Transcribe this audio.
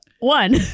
one